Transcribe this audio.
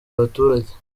abaturage